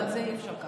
אבל אי-אפשר ככה.